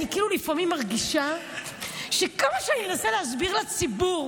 אני כאילו לפעמים מרגישה שכמה שאנסה להסביר לציבור